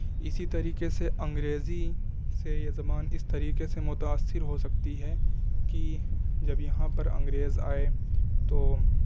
اسی طریقے سے انگریزی سے یہ زبان اس طریقے سے متاثر ہو سکتی ہے کہ جب یہاں پر انگریز آئے تو